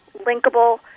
linkable